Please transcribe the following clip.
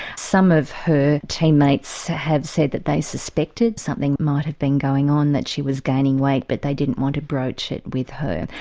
some of her team mates had said that they suspected something might have been going on that she was gaining weight but they didn't want to broach it with her.